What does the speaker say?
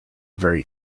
very